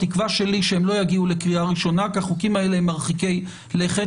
התקווה שלי שהם לא יגיעו לקריאה ראשונה כי החוקים האלה הם מרחיקי לכת.